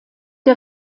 der